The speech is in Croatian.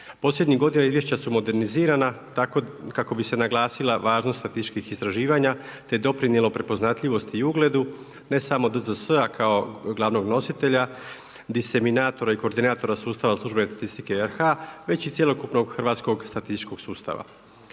Posljednjih godina izvješća su modernizirana tako kako bi se naglasila važnost statističkih istraživanja te doprinijelo prepoznatljivosti i ugledu, ne samo DZS-a kao glavnog nositelja, diseminatora i koordinatora sustava službene statistike RH, već i cjelokupnog hrvatskog statističkog sustava.